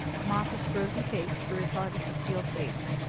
moffatt's rosy face grew as hard as a steel safe.